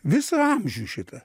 visą amžių šitą